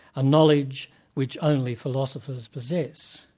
a knowledge which only philosophers possess.